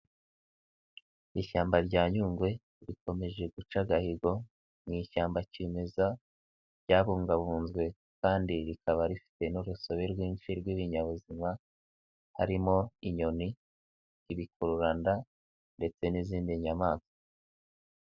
Ishyamba rya Nyungwe rikomeje guca agahigo mu ishyamba kimeza ryabumbabunzwe kandi rikaba rifite n'urusobe rwinshi rw'ibinyabuzima, harimo inyoni, ibikururanda ndetse n'izindi nyamaswa.